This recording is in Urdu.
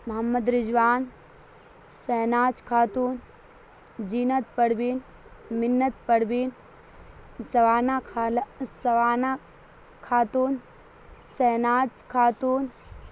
محمد رجوان سہناج کھاتون جینت پڑبین منت پڑبین سوانہ کھالا سوانہ کھاتون سہناج کھاتون